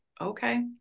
okay